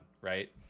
right